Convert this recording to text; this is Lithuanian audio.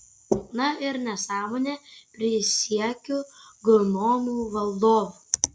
na ir nesąmonė prisiekiu gnomų valdovu